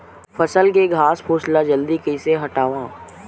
फसल के घासफुस ल जल्दी कइसे हटाव?